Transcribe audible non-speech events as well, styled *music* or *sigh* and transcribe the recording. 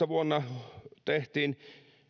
*unintelligible* vuonna kaksituhattaseitsemäntoista tehtiin